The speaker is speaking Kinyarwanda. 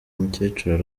umukecuru